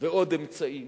ועוד אמצעי.